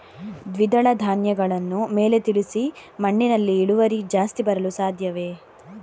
ದ್ವಿದಳ ಧ್ಯಾನಗಳನ್ನು ಮೇಲೆ ತಿಳಿಸಿ ಮಣ್ಣಿನಲ್ಲಿ ಇಳುವರಿ ಜಾಸ್ತಿ ಬರಲು ಸಾಧ್ಯವೇ?